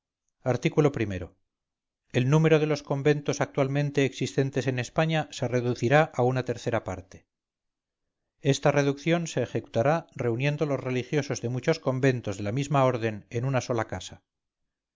art o el número de los conventos actualmente existentes en españa se reducirá a una tercera parte esta reducción se ejecutará reuniendo los religiosos de muchos conventos de la misma orden en una sola casa